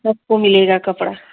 सबको मिलेगा कपड़ा